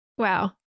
Wow